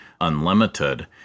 unlimited